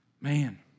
Man